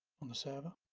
on the server